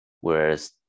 whereas